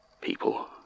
people